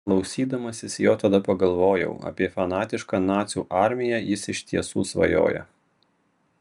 klausydamasis jo tada pagalvojau apie fanatišką nacių armiją jis iš tiesų svajoja